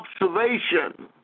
observation